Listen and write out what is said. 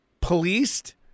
policed